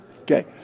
Okay